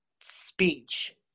speech